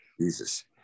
Jesus